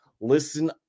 listen